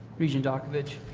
regent dakovich.